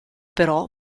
però